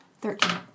Thirteen